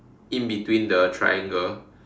in between the triangle